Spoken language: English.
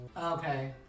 okay